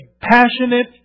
passionate